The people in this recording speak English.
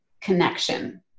connection